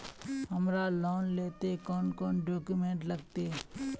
हमरा लोन लेले कौन कौन डॉक्यूमेंट लगते?